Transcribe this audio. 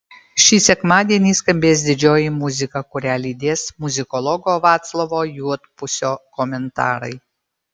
šį sekmadienį skambės didžioji muzika kurią lydės muzikologo vaclovo juodpusio komentarai